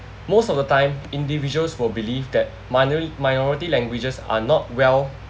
most of the time individuals will believe that minor~ minority languages are not well